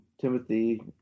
Timothy